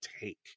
take